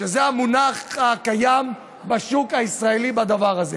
שזה המונח הקיים בשוק הישראלי לדבר הזה.